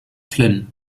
flynn